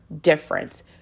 difference